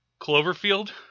Cloverfield